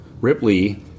Ripley